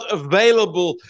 available